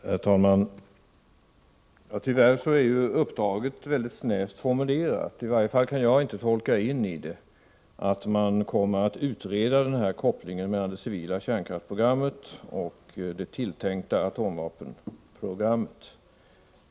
Herr talman! Tyvärr är uppdraget mycket snävt formulerat. I varje fall kan jag inte tolka in i det att man kommer att utreda kopplingen mellan det civila kärnkraftsprogrammet och det tilltänkta atomvapenprogrammet.